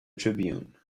tribune